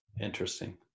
interesting